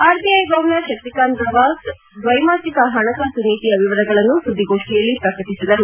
RBI governor Shaktikanta Das ದ್ವೈಮಾಸಿಕ ಹಣಕಾಸು ನೀತಿಯ ವಿವರಗಳನ್ನು ಸುದ್ಗಿಗೋಷ್ಠಿಯಲ್ಲಿ ಪ್ರಕಟಿಸಿದರು